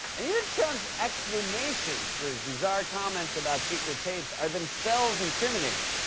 and even trump's explanations for his bizarre comments about secret tapes are themselves incriminating.